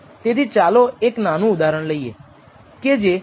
તેથી ચાલો એક નાનું ઉદાહરણ લઈએ કે જે આપણે અંત સુધી ઉપયોગ કરશો